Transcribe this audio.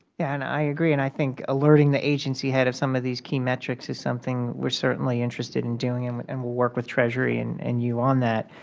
and i agree and i think alerting the agency head of some of these key metrics is something we are certainly interested in doing, and but we will work with treasury and and you on that.